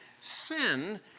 sin